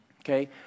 okay